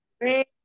great